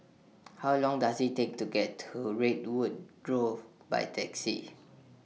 How Long Does IT Take to get to Redwood Grove By Taxi